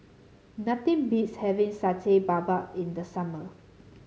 nothing beats having Satay Babat in the summer